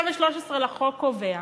סעיף 113 לחוק קובע